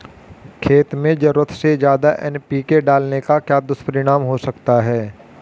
खेत में ज़रूरत से ज्यादा एन.पी.के डालने का क्या दुष्परिणाम हो सकता है?